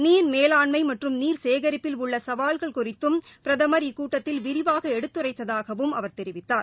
நீர் மேலாண்மை மற்றும் நீர் சேகரிப்பில் உள்ள சவால்களை குறித்தும் பிரதமர் இக்கூட்டத்தில் விரிவாக எடுத்துரைத்ததாகவும் அவர் தெரிவித்தார்